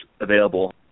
available